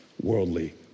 Worldly